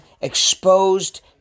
exposed